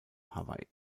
hawaii